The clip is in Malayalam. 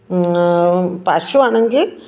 പശു ആണെങ്കിൽ